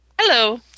Hello